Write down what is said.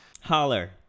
Holler